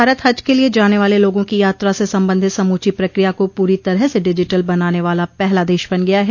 भारत हज के लिए जाने वाले लोगों की यात्रा से संबंधित समूची प्रक्रिया को पूरी तरह से डिजिटल बनाने वाला पहला देश बन गया है